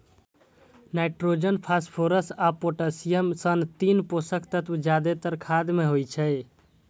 nitrogen, phosphorus आ potassium सन तीन पोषक तत्व जादेतर खाद मे होइ छै